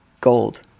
Gold